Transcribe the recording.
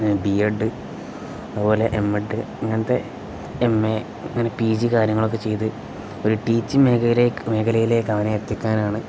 B Ed അതുപോലെ M Ed ഇങ്ങനത്തെ M A അങ്ങനെ പി ജി കാര്യങ്ങളൊക്കെ ചെയ്ത് ഒരു ടീച്ചിങ് മേഖല മേഖലയിലേക്ക് അവനെ എത്തിക്കാനാണ്